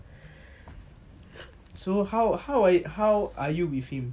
so how how how are you with him